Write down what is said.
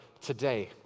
today